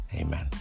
amen